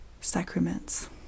sacraments